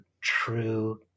true